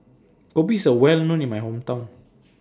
Kopi IS Well known in My Hometown